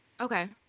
Okay